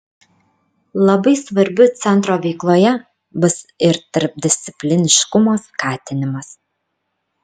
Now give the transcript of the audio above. labai svarbiu centro veikloje bus ir tarpdiscipliniškumo skatinimas